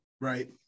Right